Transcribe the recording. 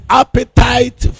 appetite